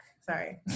sorry